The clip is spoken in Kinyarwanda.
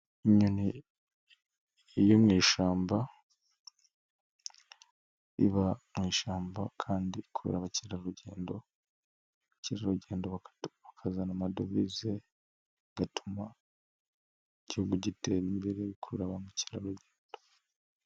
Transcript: Inyoni yo mu ishyamba, iba mu ishyamba kandi ikurura abakerarugendo, abakerarugendo baka bakazana amadovize igatuma igihugu gitera imbere, ikurura ba mukerarugendo.